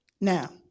Now